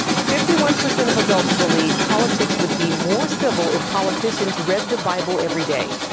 fifty one percent of adults believe politics would be more civil if politicians read the bible every day.